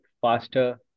faster